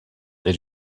they